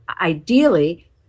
ideally